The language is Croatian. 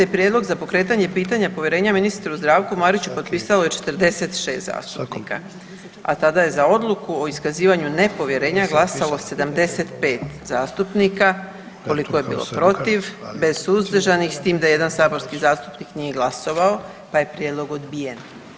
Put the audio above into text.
Prijedlog za pokretanje pitanja povjerenja ministru Zdravu Mariću potpisalo je 46 zastupnika, a tada je za odluku o iskazivanju nepovjerenja glasalo 75 zastupnika koliko je bilo protiv, bez suzdržanih s tim da jedan saborski zastupnik nije glasovao pa je prijedlog odbijen.